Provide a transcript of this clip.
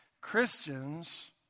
Christians